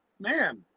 Man